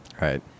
Right